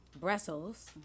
Brussels